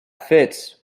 fits